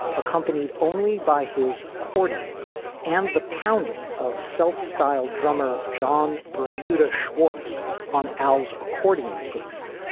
accompanied only by his accordion and the pounding of self-styled drummer john bermuda schwartz on al's accordion case.